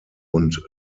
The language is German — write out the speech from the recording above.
und